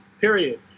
period